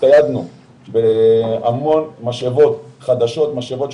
לקראת האירועים מול המשטרה,